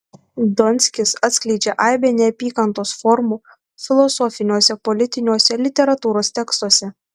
donskis atskleidžia aibę neapykantos formų filosofiniuose politiniuose literatūros tekstuose